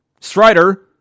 Strider